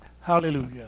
hallelujah